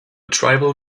tribal